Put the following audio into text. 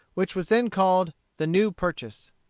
which was then called the new purchase.